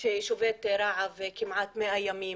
ששובת רעב כמעט 100 ימים.